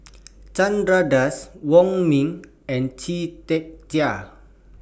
Chandra Das Wong Ming and Chia Tee Chiak